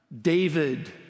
david